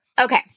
Okay